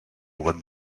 what